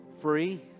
free